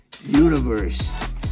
universe